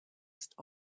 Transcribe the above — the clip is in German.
ist